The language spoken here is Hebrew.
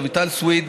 רויטל סויד,